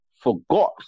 forgot